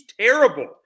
terrible